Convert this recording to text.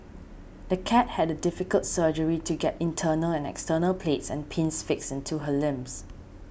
the cat had a difficult surgery to get internal and external plates and pins fixed into her limbs